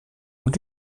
und